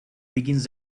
begins